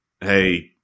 hey